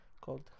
called